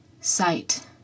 Sight